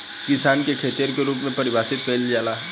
किसान के खेतिहर के रूप में परिभासित कईला जाला